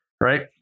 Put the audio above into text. Right